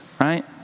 right